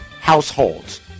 households